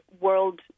world